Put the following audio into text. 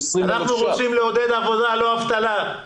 בעל הבית, אנחנו רוצים לעודד עבודה, לא אבטלה.